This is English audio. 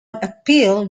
appeal